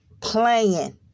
playing